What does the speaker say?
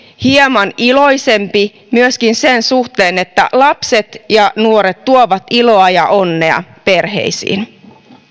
hieman iloisempi myöskin sen suhteen että lapset ja nuoret tuovat iloa ja onnea perheisiin